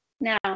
Now